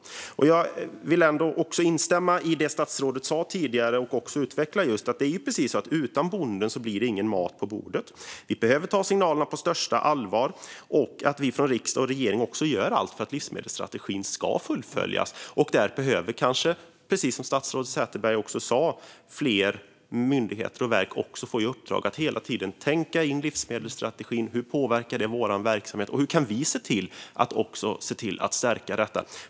Jag vill instämma i det som statsrådet sa tidigare och utvecklade nu, och det är att utan bonden blir det ingen mat på bordet. Vi behöver ta signalerna på största allvar och från riksdag och regering göra allt för att livsmedelsstrategin ska fullföljas. Som statsrådet Sätherberg sa behöver kanske fler myndigheter och verk få i uppdrag att hela tiden tänka in livsmedelsstrategin, hur det påverkar vår verksamhet och hur vi kan se till att också stärka detta.